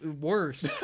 worse